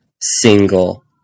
single